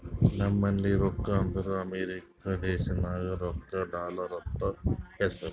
ನಂಬಲ್ಲಿ ರೊಕ್ಕಾ ಅಂದುರ್ ಅಮೆರಿಕಾ ದೇಶನಾಗ್ ರೊಕ್ಕಾಗ ಡಾಲರ್ ಅಂತ್ ಹೆಸ್ರು